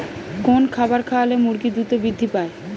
কোন খাবার খাওয়ালে মুরগি দ্রুত বৃদ্ধি পায়?